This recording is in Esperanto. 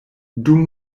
dum